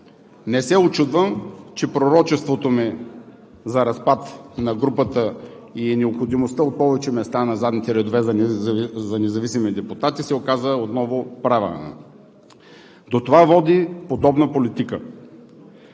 Не се учудвам, че пророчеството ми за разпад на групата и необходимостта от повече места на задните редове за независими депутати се оказа отново правилно. До това води подобна политика.